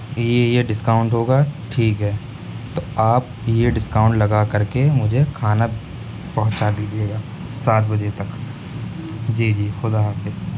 یہ یہ یہ ڈسکاؤنٹ ہوگا ٹھیک ہے تو آپ یہ ڈسکاؤنٹ لگا کر کے مجھے کھانا پہنچا دیجیے گا سات بجے تک جی جی خدا حافظ